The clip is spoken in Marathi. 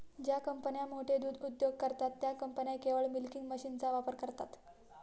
ज्या कंपन्या मोठे दूध उद्योग करतात, त्या कंपन्या केवळ मिल्किंग मशीनचा वापर करतात